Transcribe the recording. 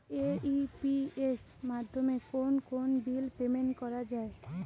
AEPS মাধ্যমে কোন কোন বিল পেমেন্ট করা যায়?